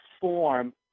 form